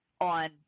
on